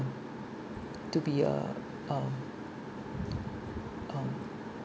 to be a uh uh